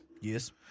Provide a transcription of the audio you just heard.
Yes